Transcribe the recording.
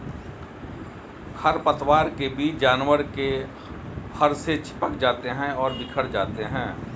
खरपतवार के बीज जानवर के फर से चिपक जाते हैं और बिखर जाते हैं